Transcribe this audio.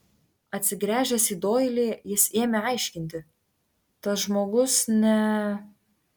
atsigręžęs į doilį jis ėmė aiškinti tas žmogus ne